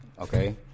Okay